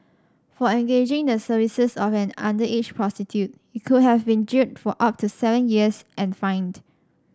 for engaging the services of an underage prostitute he could have been jailed for up to seven years and fined